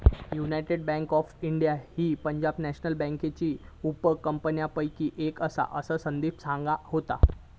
United Bank of India ही Punjab National बँकेच्या उपकंपन्यांपैकी एक आसा, असा संदीप सांगा होतो